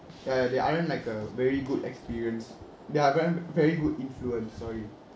ya ya they aren't like the very good experience they aren't very good influence sorry